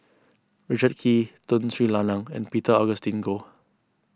Richard Kee Tun Sri Lanang and Peter Augustine Goh